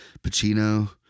Pacino